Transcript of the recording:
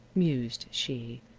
mused she,